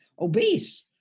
obese